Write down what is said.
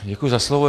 Děkuji za slovo.